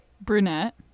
Brunette